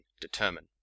determine